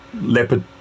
leopard